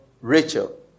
Rachel